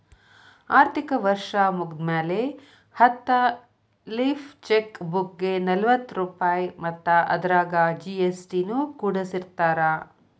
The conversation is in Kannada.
ಆರ್ಥಿಕ ವರ್ಷ್ ಮುಗ್ದ್ಮ್ಯಾಲೆ ಹತ್ತ ಲೇಫ್ ಚೆಕ್ ಬುಕ್ಗೆ ನಲವತ್ತ ರೂಪಾಯ್ ಮತ್ತ ಅದರಾಗ ಜಿ.ಎಸ್.ಟಿ ನು ಕೂಡಸಿರತಾರ